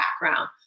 background